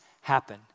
happen